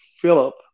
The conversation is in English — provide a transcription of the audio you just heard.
Philip